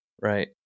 right